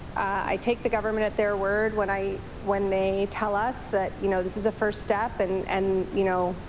i take the government at their word when i when they tell us that, you know, this is the first step and, and you know,